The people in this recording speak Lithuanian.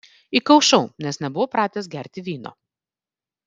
įkaušau nes nebuvau pratęs gerti vyno